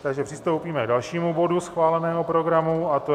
Takže přistoupíme k dalšímu bodu schváleného programu a to je